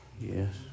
Yes